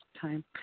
time